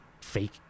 fake